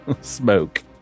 smoke